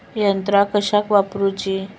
यंत्रा कशाक वापुरूची?